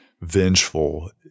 vengeful